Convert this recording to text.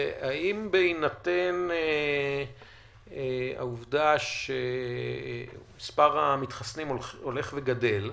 האם בהינתן העובדה שמספר המתחסנים הולך וגדל,